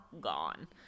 gone